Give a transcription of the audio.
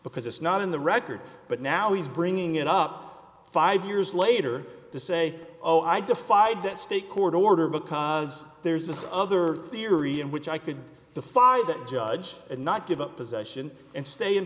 because it's not in the record but now he's bringing it up five years later to say oh i defied that state court order because there's this other theory in which i could be the five that judge and not give up possession and stay in